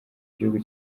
gihugu